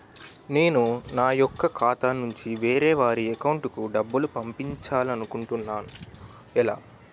నేను నా యెక్క ఖాతా నుంచి వేరే వారి అకౌంట్ కు డబ్బులు పంపించాలనుకుంటున్నా ఎలా?